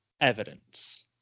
evidence